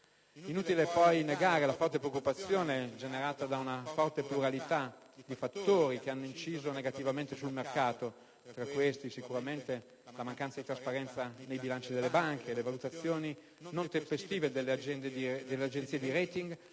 Inutile poi negare la forte preoccupazione generata da una pluralità di fattori che hanno inciso negativamente sul mercato. Tra questi sicuramente la mancanza di trasparenza dei bilanci delle banche, le valutazioni non tempestive delle agenzie di *rating*